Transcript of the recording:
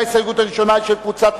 ההסתייגות של חברי